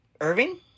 Irving